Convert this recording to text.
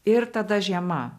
ir tada žiema